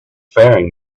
faring